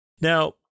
Now